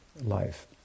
life